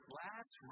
last